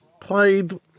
played